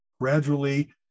gradually